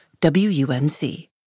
WUNC